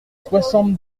soixante